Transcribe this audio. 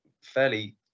fairly